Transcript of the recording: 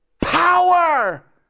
power